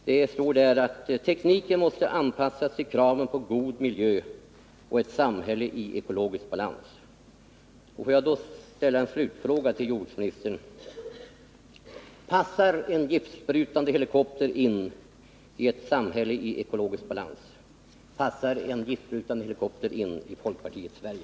Det heter där: ”Tekniken måste anpassas till kraven på god miljö och ett samhälle i ekologisk balans.” Låt mig ställa en slutfråga till jordbruksministern: Passar en giftsprutande helikopter in i ett samhälle i ekologisk balans? Passar en giftsprutande helikopter in i folkpartiets Sverige?